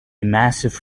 massive